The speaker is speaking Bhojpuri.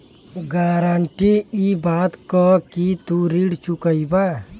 गारंटी इ बात क कि तू ऋण चुकइबा